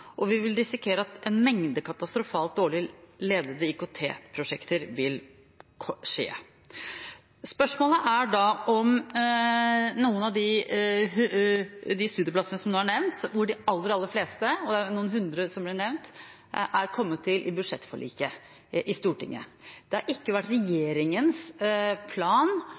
og vi vil risikere en mengde katastrofalt dårlig ledede IKT-prosjekter. Av de studieplassene som nå er nevnt, har de aller fleste – det ble nevnt noen hundre – kommet til i budsjettforliket i Stortinget. Det har ikke vært regjeringens plan